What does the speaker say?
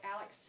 Alex